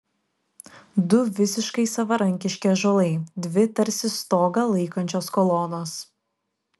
du visiškai savarankiški ąžuolai dvi tarsi stogą laikančios kolonos